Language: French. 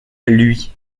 lui